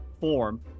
form